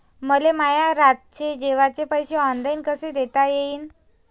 मले माया रातचे जेवाचे पैसे ऑनलाईन कसे देता येईन?